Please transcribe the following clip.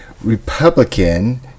Republican